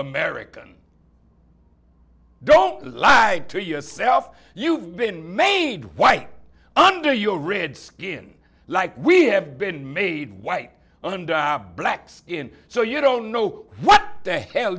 american don't lie to yourself you've been made white under your red skin like we have been made white under black skin so you don't know what day hell